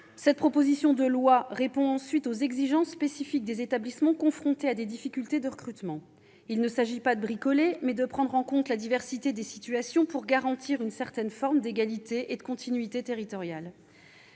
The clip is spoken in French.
Cette proposition de loi répond ensuite aux exigences spécifiques des établissements confrontés à des difficultés de recrutement. Il s'agit non pas de « bricoler », mais de prendre en compte la diversité des situations pour garantir une certaine forme d'égalité et de continuité territoriales.